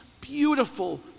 beautiful